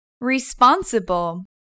Responsible